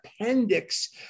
appendix